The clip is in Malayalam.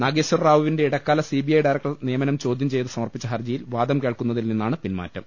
നാഗേശ്വർ റാവുവിന്റെ ഇടക്കാല സിബിഐ ഡയറക്ടർ നിയമനം ചോദ്യം ചെയ്ത് സമർപ്പിച്ച ഹർജിയിൽ വാദം കേൾക്കുന്നതിൽ നിന്നാണ് പിൻമാറ്റം